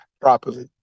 properly